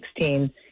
2016